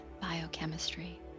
biochemistry